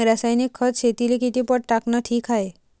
रासायनिक खत शेतीले किती पट टाकनं ठीक हाये?